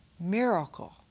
miracle